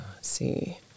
See